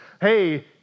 hey